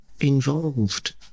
involved